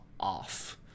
off